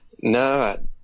No